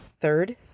third